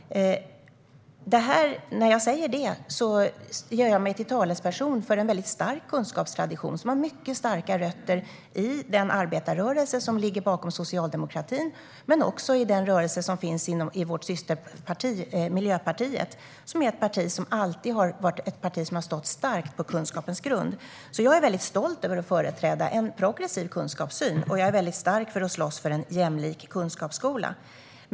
När jag säger detta gör jag mig till talesperson för en stark kunskapstradition med rötter i den arbetarrörelse som ligger bakom socialdemokratin men också i den rörelse som finns i vårt systerparti Miljöpartiet. Det är ett parti som alltid har stått starkt på kunskapens grund. Jag är stolt över att företräda en progressiv kunskapssyn och tänker slåss för en jämlik kunskapsskola.